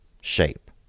shape